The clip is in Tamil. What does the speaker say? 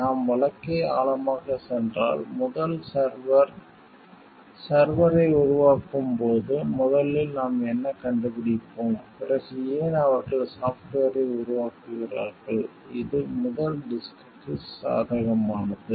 நாம் வழக்கை ஆழமாகச் சென்றால் முதல் சர்வர் சர்வரை உருவாக்கும் போது முதலில் நாம் என்ன கண்டுபிடிப்போம் பிறகு ஏன் அவர்கள் சாஃப்ட்வேரை உருவாக்குகிறார்கள் இது முதல் டிஸ்க்க்கு சாதகமானது